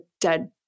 dead